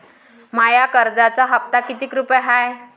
माया कर्जाचा हप्ता कितीक रुपये हाय?